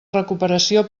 recuperació